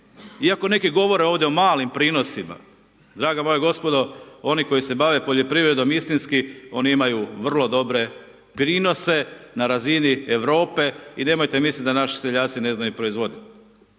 iako neki govore ovdje o malim prinosima, draga moja gospodo, oni koji se bave poljoprivredom istinski, oni imaju vrlo dobre prinose na razini Europe i nemojte misliti da naši seljaci ne znaju proizvoditi.